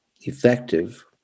effective